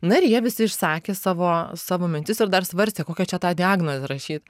na ir jie visi išsakė savo savo mintis ir dar svarstė kokią čia tą diagnozę rašyt